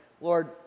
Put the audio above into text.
Lord